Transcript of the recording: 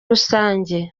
rusange